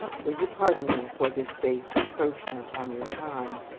will you pardon me for this base encroachment on your time?